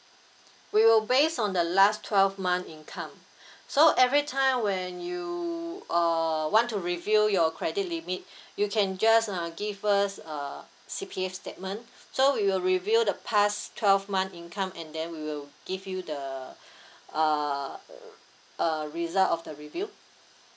we will based on the last twelve month income so every time when you uh want to review your credit limit you can just uh give us uh C_P_F statement so we will review the past twelve month income and then we will give you the uh uh result of the review